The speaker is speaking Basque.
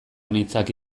nitzake